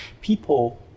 people